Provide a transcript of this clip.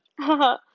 haha